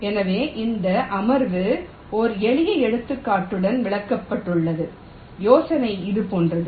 எனவே இந்த அமர்வு ஒரு எளிய எடுத்துக்காட்டுடன் விளக்கப்பட்டுள்ளது யோசனை இது போன்றது